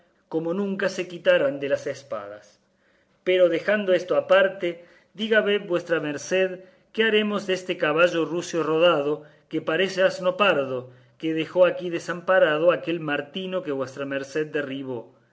como nunca se quitarán de las espaldas pero dejando esto aparte dígame vuestra merced qué haremos deste caballo rucio rodado que parece asno pardo que dejó aquí desamparado aquel martino que vuestra merced derribó